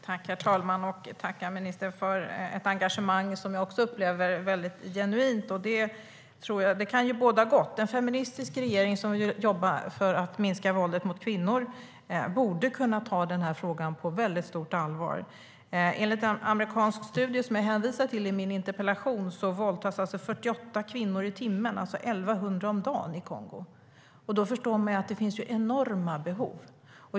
Herr talman! Jag tackar ministern för ett engagemang som jag upplever som genuint. Det kan båda gott. En feministisk regering som vill jobba för att minska våldet mot kvinnor borde kunna ta den här frågan på stort allvar. Enligt en amerikansk studie som jag hänvisar till i min interpellation våldtas 48 kvinnor i timmen, alltså 1 100 om dagen, i Kongo. Då förstår man att det finns enorma behov.